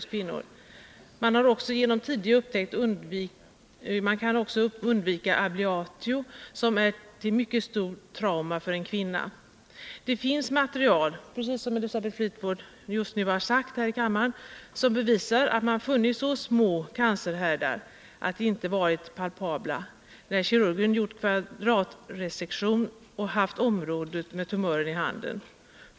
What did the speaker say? Man kan också genom tidig upptäckt undvika ablatio, som är ett mycket stort trauma för en kvinna. Det finns material — precis som Elisabeth Fleetwood just sagt här i kammaren — som bevisar att man funnit så små cancerhärdar att de ej varit palpabla, när kirurgen gjort kvadrantresektion och haft området med tumören i handen.